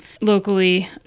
locally